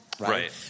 Right